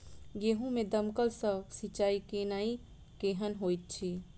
गेंहूँ मे दमकल सँ सिंचाई केनाइ केहन होइत अछि?